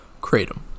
kratom